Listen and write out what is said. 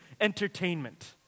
entertainment